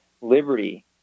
liberty